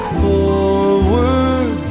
forward